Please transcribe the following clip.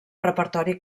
repertori